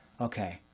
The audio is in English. Okay